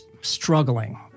struggling